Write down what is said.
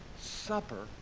supper